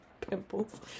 Pimples